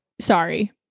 sorry